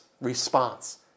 response